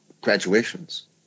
graduations